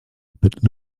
but